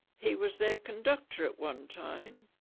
he was their conductor at one time.